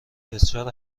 بسیار